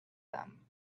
them